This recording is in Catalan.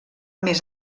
més